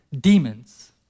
demons